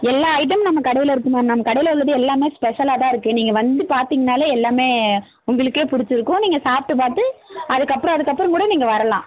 எல்லா ஐட்டமும் நம்ம கடையில் இருக்குது மேம் நம்ம கடையில் உள்ளது எல்லாமே ஸ்பெஷலாகதான் இருக்குது நீங்கள் வந்து பார்த்திங்கனாலே எல்லாமே உங்களுக்கே பிடிச்சிருக்கும் நீங்கள் சாப்பிட்டு பார்த்து அதுக்கப்புறம் அதுக்கப்புறம் கூட நீங்கள் வரலாம்